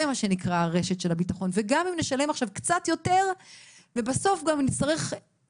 גם אם נשלם עכשיו קצת יותר ובסוף הם יצטרכו